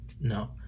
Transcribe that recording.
No